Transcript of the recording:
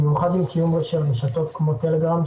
במיוחד במקרים של רשתות כמו טלגרם,